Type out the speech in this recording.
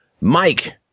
Mike